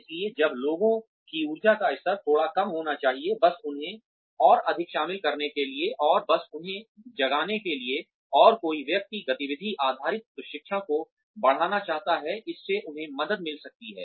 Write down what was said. इसलिए जब लोगों की ऊर्जा का स्तर थोड़ा कम होना चाहिए बस उन्हें और अधिक शामिल करने के लिए और बस उन्हें जगाने के लिए और कोई व्यक्ति गतिविधि आधारित प्रशिक्षण को बढ़ाना चाहता है इससे उन्हें मदद मिल सकती है